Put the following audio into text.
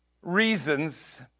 reasons